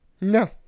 No